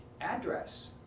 address